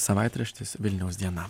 savaitraštis vilniaus diena